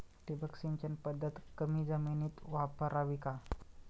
ठिबक सिंचन पद्धत कमी जमिनीत वापरावी का?